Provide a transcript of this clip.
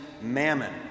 mammon